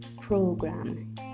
program